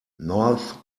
north